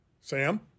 Sam